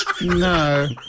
no